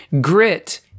Grit